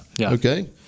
okay